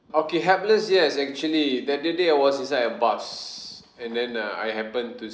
okay helpless yes actually the other day I was inside a bus and then uh I happened to